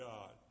God